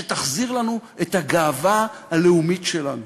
שתחזיר לנו את הגאווה הלאומית שלנו,